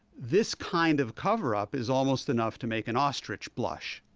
this kind of cover-up is almost enough to make an ostrich blush.